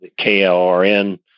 KLRN